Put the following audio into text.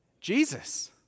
Jesus